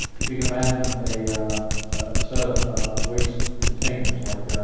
if you can imagine a a set of waste containers, like